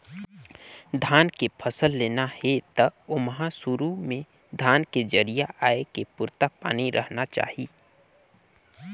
धान के फसल लेना हे त ओमहा सुरू में धान के जरिया आए के पुरता पानी रहना चाही